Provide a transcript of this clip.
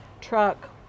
truck